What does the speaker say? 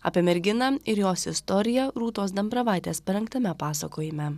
apie merginą ir jos istoriją rūtos dambravaitės parengtame pasakojime